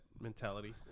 mentality